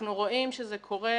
אנחנו רואים שזה קורה